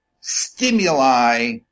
stimuli